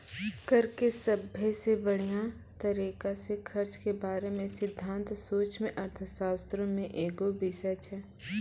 कर के सभ्भे से बढ़िया तरिका से खर्च के बारे मे सिद्धांत सूक्ष्म अर्थशास्त्रो मे एगो बिषय छै